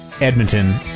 Edmonton